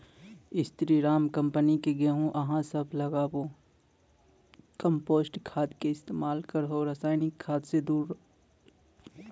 स्री Ram company के गेहूँ अहाँ सब लगाबु कम्पोस्ट खाद के इस्तेमाल करहो रासायनिक खाद से दूर रहूँ?